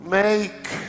make